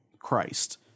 christ